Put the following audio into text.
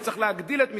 וצריך להגדיל את מספרם,